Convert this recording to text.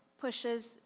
pushes